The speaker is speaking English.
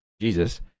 Jesus